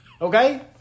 Okay